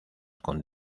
con